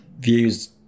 views